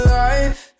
life